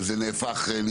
כן, זה קורה ולא פעם אחת.